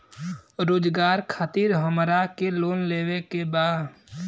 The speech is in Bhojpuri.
रोजगार खातीर हमरा के लोन लेवे के बा?